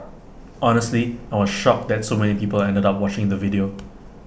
honestly I was shocked that so many people ended up watching the video